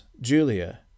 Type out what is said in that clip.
Julia